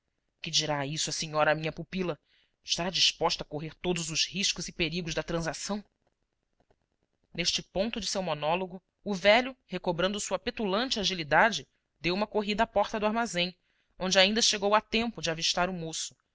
que dirá a isso a senhora minha pupila estará disposta a correr todos os riscos e perigos da transação neste ponto de seu monólogo o velho recobrando sua petulante agilidade deu uma corrida à porta do armazém onde ainda chegou a tempo de avistar o moço